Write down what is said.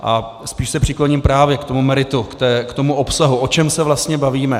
A spíš se přikloním právě k tomu meritu, k tomu obsahu, o čem se vlastně bavíme.